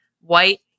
white